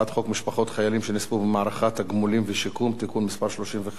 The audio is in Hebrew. חיילים שנספו במערכה (תגמולים ושיקום) (תיקון מס' 35),